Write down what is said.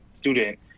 student